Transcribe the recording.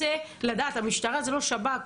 רוצה לדעת, המשטרה זה לא שב"כ,